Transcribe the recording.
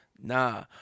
Nah